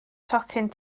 tocyn